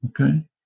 Okay